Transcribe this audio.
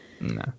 No